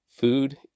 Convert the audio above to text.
Food